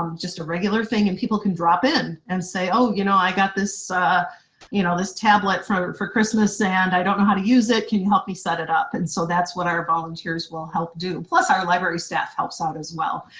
um just a regular thing, and people can drop in and say, oh, you know, i got this you know this tablet for christmas and i don't know how to use it, can you help me set it up? and so that's what our volunteers will help do. plus our library staff helps out, as well.